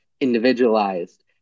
individualized